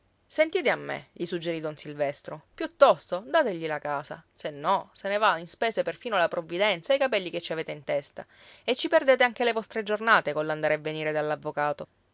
sentite a me gli suggerì don silvestro piuttosto dategli la casa se no se ne va in spese perfino la provvidenza e i capelli che ci avete in testa e ci perdete anche le vostre giornate coll'andare e venire